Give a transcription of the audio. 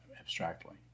abstractly